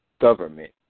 government